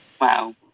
Wow